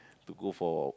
to go for